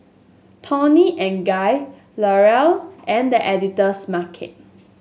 Toni and Guy L'Oreal and The Editor's Market